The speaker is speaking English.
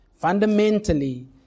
Fundamentally